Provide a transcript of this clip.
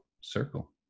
circle